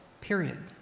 period